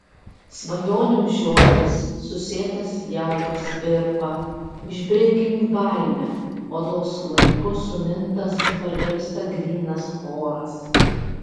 svajonių žiotys susėtas jaukas virpa išbrinkink baimę odos laiku sumintas parvirsta grynas oras